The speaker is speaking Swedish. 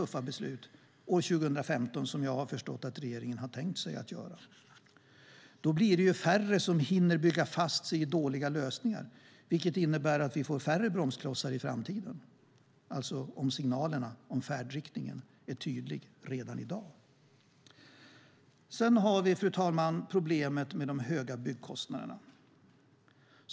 Sedan har vi, fru talman, problemet med de höga byggkostnaderna.